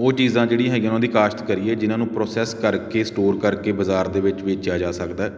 ਉਹ ਚੀਜ਼ਾਂ ਜਿਹੜੀਆਂ ਹੈਗੀਆਂ ਉਨ੍ਹਾਂ ਦੀ ਕਾਸ਼ਤ ਕਰੀਏ ਜਿਨ੍ਹਾਂ ਨੂੰ ਪ੍ਰੋਸੈਸ ਕਰਕੇ ਸਟੋਰ ਕਰਕੇ ਬਜ਼ਾਰ ਦੇ ਵਿੱਚ ਵੇਚਿਆ ਜਾ ਸਕਦਾ